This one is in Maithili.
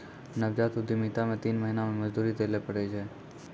नवजात उद्यमिता मे तीन महीना मे मजदूरी दैल पड़ै छै